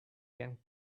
can